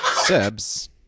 Seb's